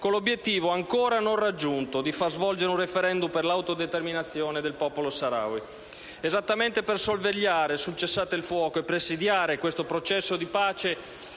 con l'obiettivo ancora non raggiunto di far svolgere un *referendum* per l'autodeterminazione del popolo Saharawi. Esattamente per sorvegliare sul cessate il fuoco e presidiare questo processo di pace,